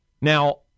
Now